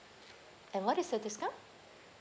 and what is the discount